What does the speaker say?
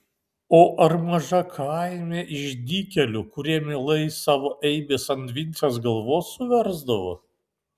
o ar maža kaime išdykėlių kurie mielai savo eibes ant vincės galvos suversdavo